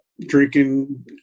drinking